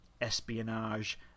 espionage